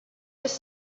just